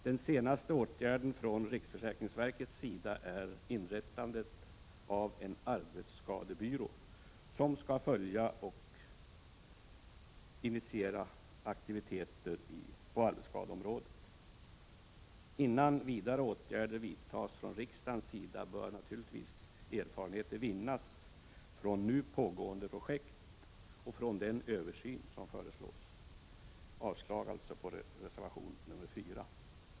Den senaste åtgärden från riksförsäkringsverkets sida är inrättandet av en arbetsskadebyrå, som skall följa och initiera aktiviteter på arbetsskadeområdet. 127 Innan vidare åtgärder vidtas från riksdagens sida bör naturligtvis erfa 25 november 1987 renheter vinnas från nu pågående projekt och från den översyn som föreslås. Jag yrkar avslag på reservation nr 4.